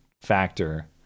factor